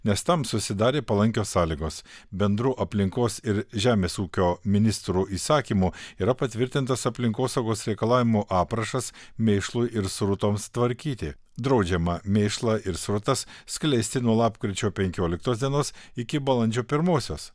nes tam susidarė palankios sąlygos bendru aplinkos ir žemės ūkio ministro įsakymu yra patvirtintas aplinkosaugos reikalavimų aprašas mėšlui ir srutoms tvarkyti draudžiama mėšlą ir srutas skleisti nuo lapkričio penkioliktos dienos iki balandžio pirmosios